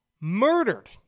murdered